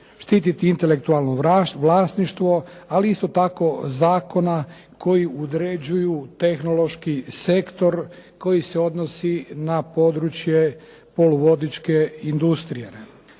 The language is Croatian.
štititi intelektualno vlasništvo ali isto tako zakona koji određuju tehnološki sektor koji se odnosi na područje poluvodičke industrije.